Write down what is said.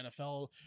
NFL